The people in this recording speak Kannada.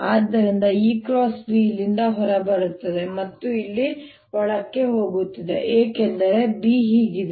ಆದ್ದರಿಂದ EB ಇಲ್ಲಿಂದ ಹೊರಬರುತ್ತಿದೆ ಮತ್ತು ಇಲ್ಲಿ ಒಳಗೆ ಹೋಗುತ್ತಿದೆ ಏಕೆಂದರೆ B ಹೀಗಿದೆ